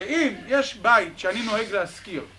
אם יש בית שאני נוהג להזכיר